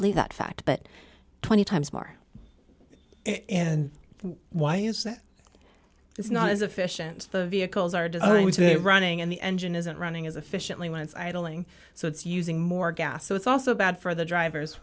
believe that fact but twenty times more and why is that it's not as efficient the vehicles are going to be running and the engine isn't running as efficiently when it's idling so it's using more gas so it's also bad for the drivers